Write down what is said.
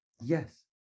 yes